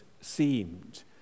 seemed